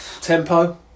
tempo